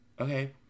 Okay